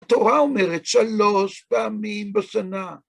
התורה אומרת: שלוש פעמים בשנה.